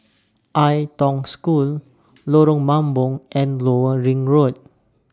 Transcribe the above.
Ai Tong School Lorong Mambong and Lower Ring Road